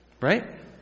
Right